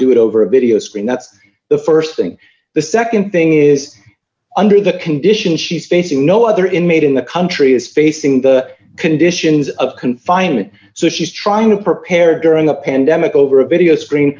do it over d a video screen that's the st thing the nd thing is under the condition she's facing no other inmate in the country is facing the conditions of confinement so she's trying to prepare during a pandemic over a video screen